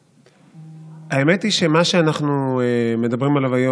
האמת היא שמה שאנחנו מדברים עליו,